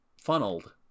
funneled